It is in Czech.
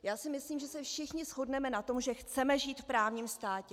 Já si myslím, že se všichni shodneme na tom, že chceme žít v právním státě.